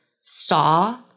saw